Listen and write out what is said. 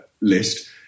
list